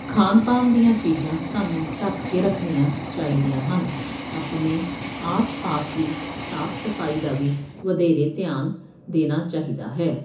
ਖਾਣ ਪਾਉਣ ਦੀਆਂ ਚੀਜ਼ਾਂ ਸਾਨੂੰ ਢੱਕ ਕੇ ਰੱਖਣੀਆਂ ਚਾਹੀਦੀਆਂ ਹਨ ਆਪਣੇ ਆਸ ਪਾਸ ਦੀ ਸਾਫ਼ ਸਫਾਈ ਦਾ ਵੀ ਵਧੇਰੇ ਧਿਆਨ ਦੇਣਾ ਚਾਹੀਦਾ ਹੈ